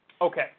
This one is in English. Okay